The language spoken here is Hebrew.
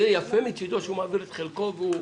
זה יפה מצדו שהוא מעביר את חלקו והוא